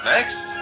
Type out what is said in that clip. Next